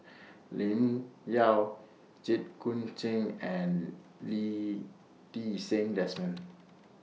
Lim Yau Jit Koon Ch'ng and Lee Ti Seng Desmond